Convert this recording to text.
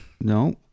No